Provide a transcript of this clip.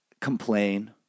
complain